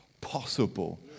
possible